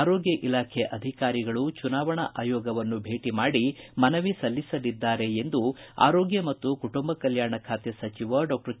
ಆರೋಗ್ಯ ಇಲಾಖೆ ಅಧಿಕಾರಿಗಳು ಚುನಾವಣಾ ಆಯೋಗವನ್ನು ಭೇಟಿ ಮಾಡಿ ಮನವಿ ಸಲ್ಲಿಸಲಿದ್ದಾರೆ ಎಂದು ಆರೋಗ್ಯ ಮತ್ತು ಕುಟುಂಬ ಕಲ್ಯಾಣ ಇಲಾಖೆ ಸಚಿವ ಡಾಕ್ಟರ್ ಕೆ